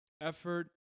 Effort